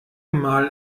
mal